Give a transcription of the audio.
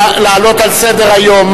להעלות על סדר-היום?